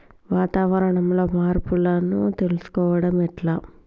వాతావరణంలో మార్పులను తెలుసుకోవడం ఎట్ల?